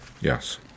Yes